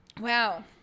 Wow